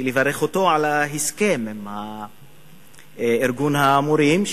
שנברך אותו על ההסכם עם ארגון המורים,